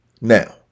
Now